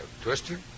Twister